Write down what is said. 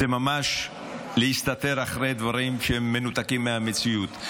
זה ממש להסתתר מאחורי דברים שהם מנותקים מהמציאות.